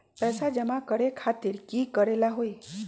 पैसा जमा करे खातीर की करेला होई?